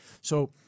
So-